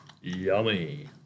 Yummy